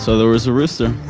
so there was a rooster.